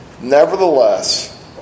Nevertheless